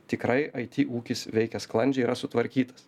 tikrai aiti ūkis veikia sklandžiai yra sutvarkytas